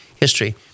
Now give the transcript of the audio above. history